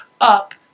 up